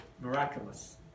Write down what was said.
miraculous